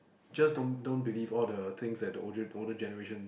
just don't don't believe all the things that the older older generation